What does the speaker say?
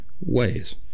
ways